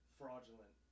fraudulent